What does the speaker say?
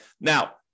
Now